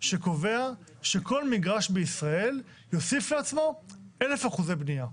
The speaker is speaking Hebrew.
שקובע שכל מגרש בישראל יוסיף לעצמו אלף אחוזי בנייה?